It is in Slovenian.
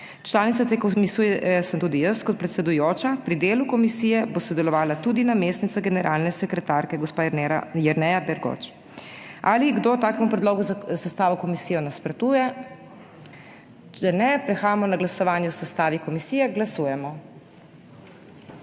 Članica te komisije sem tudi jaz kot predsedujoča. Pri delu komisije bo sodelovala tudi namestnica generalne sekretarke, gospa Jerneja Bergoč. Ali kdo takemu predlogu za sestavo komisije nasprotuje? Če ne, prehajamo na glasovanje o sestavi komisije. Glasujemo.